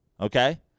Okay